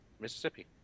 Mississippi